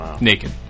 Naked